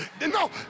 No